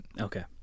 Okay